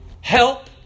Help